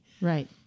Right